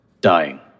dying